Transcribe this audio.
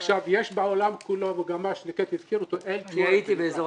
יש בעולם מגמה שהזכיר אותו --- הייתי באזור